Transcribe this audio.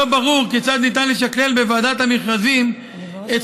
לא ברור כיצד ניתן לשקלל בוועדת המכרזים את